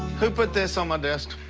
who put this on my desk?